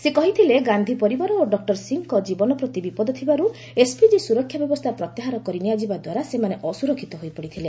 ସେ କହିଥିଲେ ଗାନ୍ଧି ପରିବାର ଓ ଡକ୍କର ସିଂହଙ୍କ ଜୀବନ ପ୍ରତି ବିପଦ ଥିବାରୁ ଏସ୍ପିଜି ସୁରକ୍ଷା ବ୍ୟବସ୍ଥା ପ୍ରତ୍ୟାହାର କରି ନିଆଯିବାଦ୍ୱାରା ସେମାନେ ଅସୁରକ୍ଷିତ ହୋଇପଡ଼ିଥିଲେ